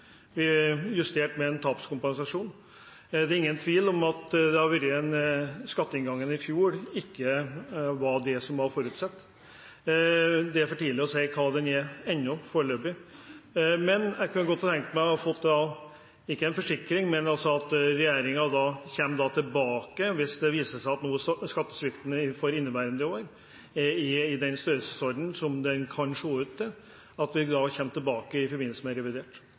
med en tapskompensasjon. Det er ingen tvil om at skatteinngangen i fjor ikke var slik man hadde forutsett. Det er foreløpig for tidlig å si hva den er ennå, men jeg kunne godt tenke meg å få, ikke en forsikring, men å høre om regjeringen kommer tilbake til det i forbindelse med revidert, hvis det nå viser seg at skattesvikten for inneværende år er i den størrelsesorden som det kan se ut til.